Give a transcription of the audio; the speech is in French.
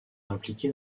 impliquée